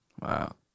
wow